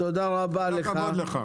כל הכבוד לך.